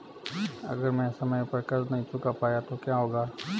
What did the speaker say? अगर मैं समय पर कर्ज़ नहीं चुका पाया तो क्या होगा?